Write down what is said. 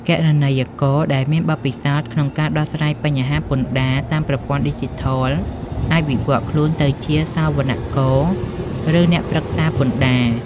គណនេយ្យករដែលមានបទពិសោធន៍ក្នុងការដោះស្រាយបញ្ហាពន្ធដារតាមប្រព័ន្ធឌីជីថល អាចវិវត្តខ្លួនទៅជាសវនករ ឬអ្នកប្រឹក្សាពន្ធដារ។